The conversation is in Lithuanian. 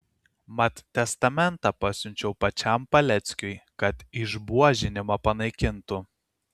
mat testamentą pasiunčiau pačiam paleckiui kad išbuožinimą panaikintų